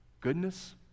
goodness